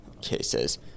cases